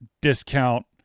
discount